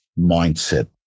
mindset